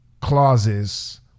clauses